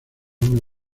una